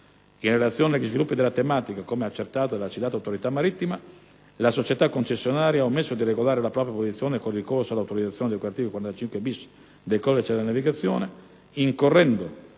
In relazione agli sviluppi della tematica, come accertato dalla citata autorità marittima, la società concessionaria ha omesso di regolare la propria posizione con il ricorso all'autorizzazione di cui all'articolo 45-*bis* del codice della navigazione, incorrendo